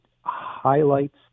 highlights